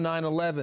9-11